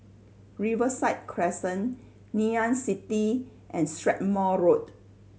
Riverside Crescent Ngee Ann City and Strathmore Road